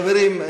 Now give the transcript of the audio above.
חברים,